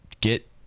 get